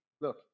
Look